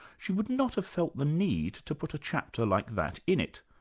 she would not have felt the need to put a chapter like that in it.